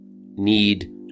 need